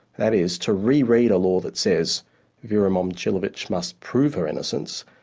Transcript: that is, to re-read a law that says vera momcilovic must prove her innocence,